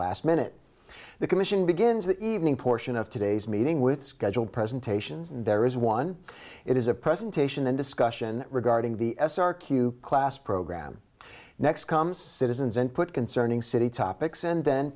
last minute the commission begins the evening portion of today's meeting with scheduled presentations and there is one it is a presentation and discussion regarding the s r q class program next comes citizens and put concerning city topics and then